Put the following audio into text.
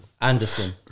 Anderson